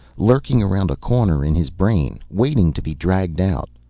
lurking around a corner in his brain, waiting to be dragged out.